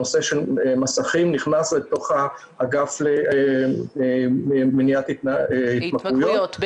הנושא של מסכים נכנס לתוך האגף למניעת התמכרויות.